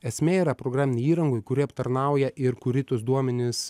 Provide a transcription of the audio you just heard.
esmė yra programinėj įrangoj kuri aptarnauja ir kuri tuos duomenis